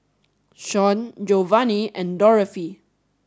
Sean Geovanni and Dorothy